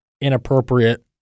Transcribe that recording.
inappropriate